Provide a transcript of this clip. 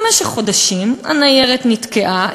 במשך חודשים הניירת נתקעה,